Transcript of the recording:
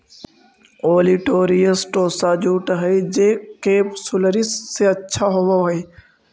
olitorius tossa jute हई जे capsularis से अच्छा होवऽ हई